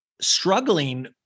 struggling